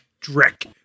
dreck